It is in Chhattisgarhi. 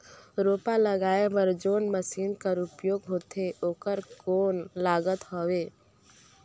रोपा लगाय बर जोन मशीन कर उपयोग होथे ओकर कौन लागत हवय?